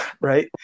right